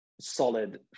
solid